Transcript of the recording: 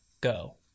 go